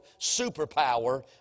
superpower